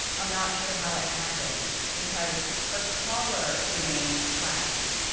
i'm not sure how it happened because her collar remained clasped.